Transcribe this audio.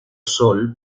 sol